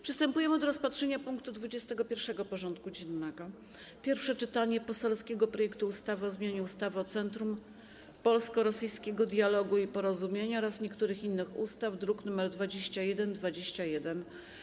Przystępujemy do rozpatrzenia punktu 21. porządku dziennego: Pierwsze czytanie poselskiego projektu ustawy o zmianie ustawy o Centrum Polsko-Rosyjskiego Dialogu i Porozumienia oraz niektórych innych ustaw (druk nr 2121)